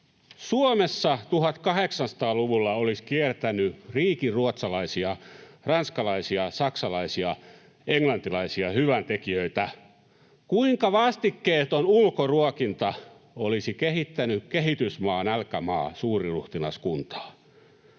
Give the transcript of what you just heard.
Suomessa 1800-luvulla olisi kiertänyt riikinruotsalaisia, ranskalaisia, saksalaisia, englantilaisia hyväntekijöitä? Kuinka vastikkeeton ulkoruokinta olisi kehittänyt kehitysmaa-nälkämaa-suuriruhtinaskuntaa?